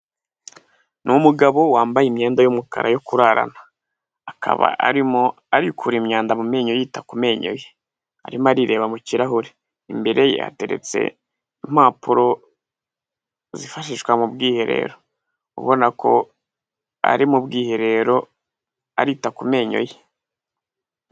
Ni umugabo wambaye imyenda y'umukara yo kurarana. Akaba arimo arikura imyanda mu menyo yita ku menyo ye. Arimo arireba mu kirahure. Imbere ye hateretse impapuro zifashishwa mu bwiherero, ubona ko ari mu bwiherero arita ku menyo ye.